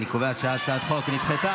אני קובע שהצעת החוק נדחתה.